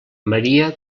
maria